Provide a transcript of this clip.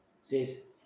says